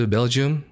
Belgium